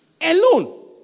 alone